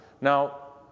Now